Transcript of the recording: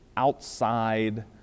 Outside